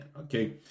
okay